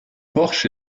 porche